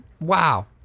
wow